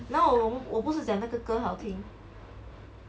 那我们我不是讲那个歌好听